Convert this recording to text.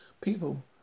People